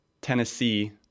Tennessee